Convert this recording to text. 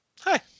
hi